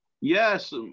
yes